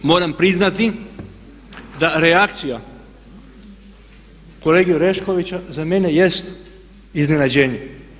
Moram priznati da reakcija kolege Oreškovića za mene jest iznenađenje.